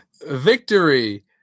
Victory